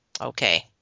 Okay